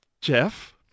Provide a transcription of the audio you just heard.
Jeff